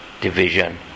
Division